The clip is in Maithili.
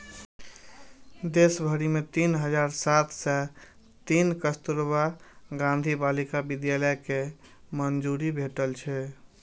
देश भरि मे तीन हजार सात सय तीन कस्तुरबा गांधी बालिका विद्यालय कें मंजूरी भेटल छै